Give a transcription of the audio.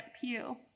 pew